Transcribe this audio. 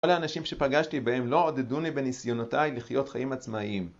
כל האנשים שפגשתי בהם לא עודדוני בניסיונותיי לחיות חיים עצמאיים